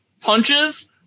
punches